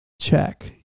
Check